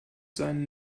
seinen